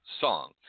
Song